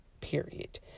period